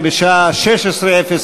כמו שאמרנו,